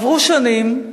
עברו שנים,